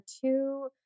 two